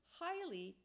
highly